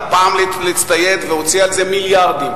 פעם להצטייד והוציאה על זה מיליארדים.